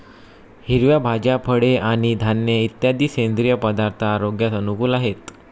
हिरव्या भाज्या, फळे आणि धान्य इत्यादी सेंद्रिय पदार्थ आरोग्यास अनुकूल आहेत